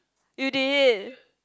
you did